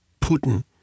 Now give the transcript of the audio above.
Putin